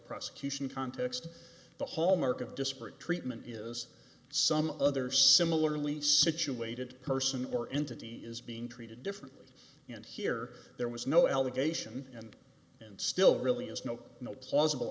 prosecution context the hallmark of disparate treatment is some other similarly situated person or entity is being treated differently and here there was no allegation and and still really is no no plausible